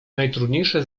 najtrudniejsze